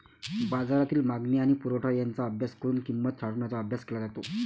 बाजारातील मागणी आणि पुरवठा यांचा अभ्यास करून किंमत ठरवण्याचा अभ्यास केला जातो